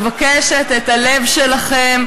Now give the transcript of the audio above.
מבקשת את הלב שלכם,